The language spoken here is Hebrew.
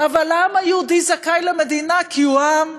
אבל העם היהודי זכאי למדינה כי הוא עם.